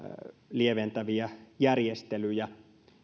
lieventäviä järjestelyjä välttämättöminä